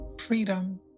freedom